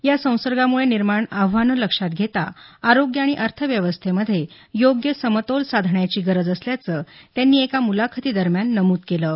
या संसर्गामुळे निर्माण आव्हानं लक्षात घेता आरोग्य आणि अर्थव्यवस्थेमधे योग्य समतोल साधण्याची गरज असल्याचं त्यांनी एका मुलाखती दरम्यान नमुद केलं आहे